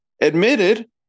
admitted